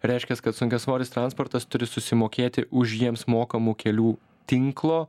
reiškias kad sunkiasvoris transportas turi susimokėti už jiems mokamų kelių tinklo